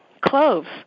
cloves